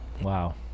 Wow